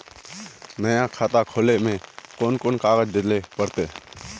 नया खाता खोले में कौन कौन कागज देल पड़ते?